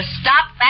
stop